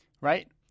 right